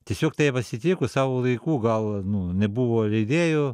tiesiog taip atsitiko savo laiku gal nu nebuvo leidėjų